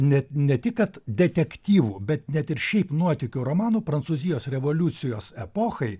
ne ne tik kad detektyvų bet net ir šiaip nuotykių romanų prancūzijos revoliucijos epochai